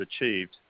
achieved